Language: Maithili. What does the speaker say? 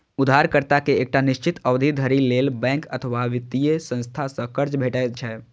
उधारकर्ता कें एकटा निश्चित अवधि धरि लेल बैंक अथवा वित्तीय संस्था सं कर्ज भेटै छै